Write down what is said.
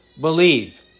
believe